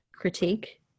critique